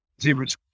Zebra's